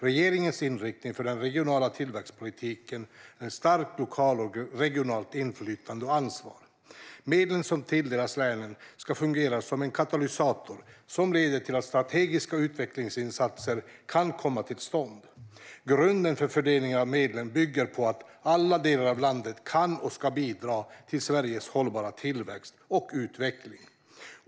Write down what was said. Regeringens inriktning för den regionala tillväxtpolitiken är ett starkt lokalt och regionalt inflytande och ansvar. Medlen som tilldelas länen ska fungera som en katalysator som leder till att strategiska utvecklingsinsatser kan komma till stånd. Grunden för fördelningen av medlen är att alla delar av landet kan och ska bidra till Sveriges hållbara tillväxt och utveckling.